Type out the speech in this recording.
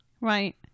Right